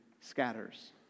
scatters